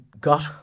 got